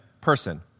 person